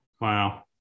Wow